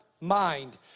mind